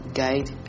guide